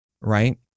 right